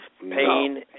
pain